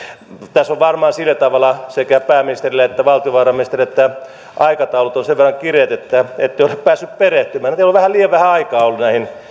tässä on varmaan sillä tavalla sekä pääministerillä että valtiovarainministerillä että aikataulut ovat sen verran kireät että ette ole päässeet tähän perehtymään teillä on vähän liian vähän aikaa ollut